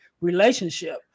relationship